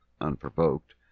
unprovoked